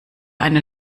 eine